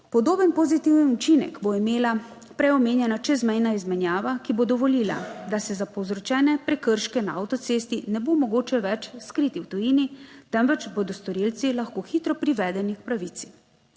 Podoben pozitiven učinek bo imela prej omenjena čezmejna izmenjava, ki bo dovolila, da se za povzročene prekrške na avtocesti ne bo mogoče več skriti v tujini, temveč bodo storilci lahko hitro privedeni k pravici.